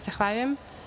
Zahvaljujem.